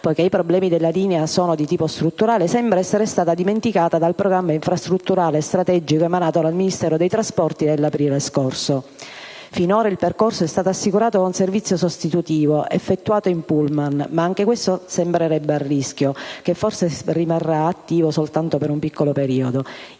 poiché i problemi della linea sono di tipo strutturale, sembra essere stata dimenticata dal Programma infrastrutture strategiche emanato dal Ministero delle infrastrutture e dei trasporti nell'aprile scorso. Finora il percorso è stato assicurato da un servizio sostitutivo effettuato in pullman, ma anche questo sembrerebbe a rischio (forse rimarrà attivo soltanto per un breve periodo).